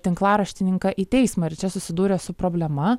tinklaraštininką į teismą ir čia susidūrė su problema